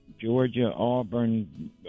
Georgia-Auburn